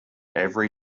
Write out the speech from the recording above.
every